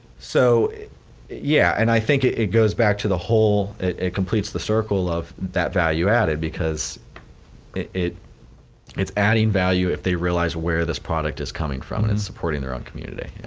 so yeah, and i think it goes back to the whole, it completes the circle of that value added because it's adding value if they realize where this product is coming from and supporting their own community.